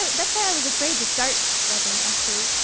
but that's why i was afraid to start rapping actually,